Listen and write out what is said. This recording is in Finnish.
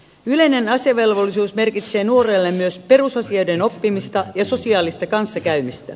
yleinen asevelvollisuus merkitsee nuorelle myös perusasioiden oppimista ja sosiaalista kanssakäymistä